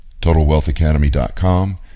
totalwealthacademy.com